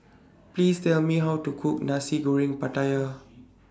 Please Tell Me How to Cook Nasi Goreng Pattaya